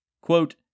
Quote